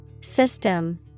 System